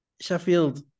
Sheffield